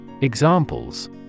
examples